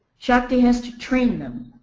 shakti has to train them.